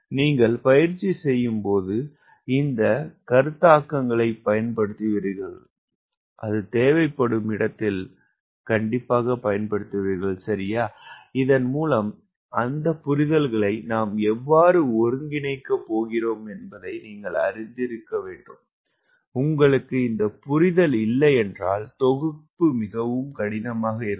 நீங்கள் பயிற்சி செய்யும்போது இந்த கருத்தாக்கங்களைப் பயன்படுத்துவீர்கள் தேவைப்படும் இடத்தில் சரியா இதன் மூலம் அந்த புரிதல்களை நாம் எவ்வாறு ஒருங்கிணைக்கப் போகிறோம் என்பதை நீங்கள் அறிந்திருக்க வேண்டும் உங்களுக்கு இந்த புரிதல் இல்லையென்றால் தொகுப்பு மிகவும் கடினமாகிறது